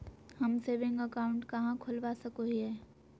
हम saving account कहाँ खोलवा सको हियै?